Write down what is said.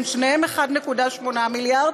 הם שניהם 1.8 מיליארד.